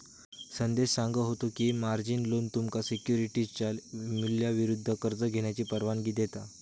संदेश सांगा होतो की, मार्जिन लोन तुमका सिक्युरिटीजच्या मूल्याविरुद्ध कर्ज घेण्याची परवानगी देता